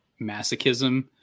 masochism